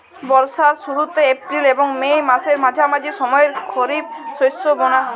বর্ষার শুরুতে এপ্রিল এবং মে মাসের মাঝামাঝি সময়ে খরিপ শস্য বোনা হয়